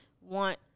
want